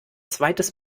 zweites